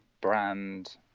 brand